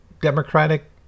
democratic